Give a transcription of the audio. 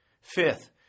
Fifth